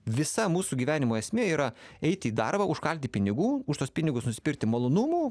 visa mūsų gyvenimo esmė yra eiti į darbą užkalti pinigų už tuos pinigus nuspirti malonumų